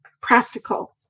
practical